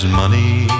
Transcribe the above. money